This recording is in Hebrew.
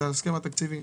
זה ההסכם התקציבי.